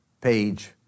Page